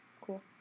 cool